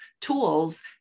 tools